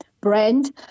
brand